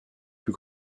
plus